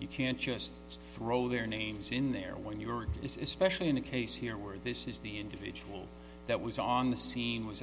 you can't just throw their names in there when you're it is especially in a case here where this is the individual that was on the scene was